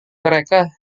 mereka